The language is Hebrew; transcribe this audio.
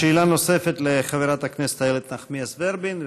שאלה נוספת לחברת הכנסת איילת נחמיאס ורבין,